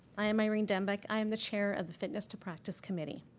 i am irene dembek. i am the chair of the fitness to practise committee.